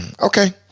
Okay